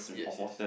yes yes